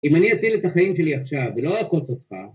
אם אני אציל את החיים שלי עכשיו ולא אעקוץ אותך